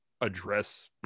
address